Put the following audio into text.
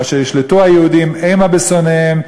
אשר ישלטו היהודים המה בשונאיהם.